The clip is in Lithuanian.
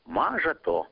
maža to